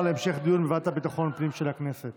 (פיקוח טכנולוגי להבטחת קיומו של צו הגנה,